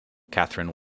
katherine